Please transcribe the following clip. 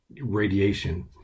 radiation